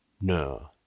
No